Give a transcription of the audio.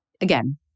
again